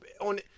on